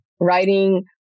writing